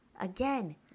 Again